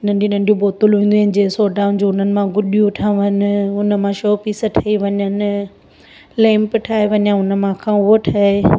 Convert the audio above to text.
नंढी नंढी बोतलूं ईंदियूं आहिनि जीअं सोढाउनि जूं उनमां गुॾियूं ठाहिणु उनमां शो पीस ठही वञनि लैंप ठाहे वञा हुनमां मूंखा उहे ठहे